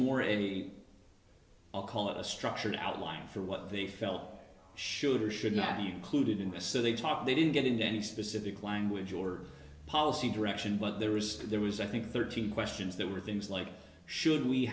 a i'll call it a structured outline for what they felt should or should not be clued into so they talked they didn't get into any specific language or policy direction but there was there was i think thirteen questions there were things like should we